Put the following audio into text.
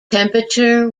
temperature